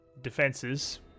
defenses